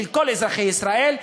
כלפי כל אזרחי ישראל,